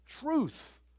Truth